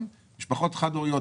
משפחות חד הוריות,